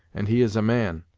and he is a man.